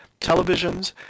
televisions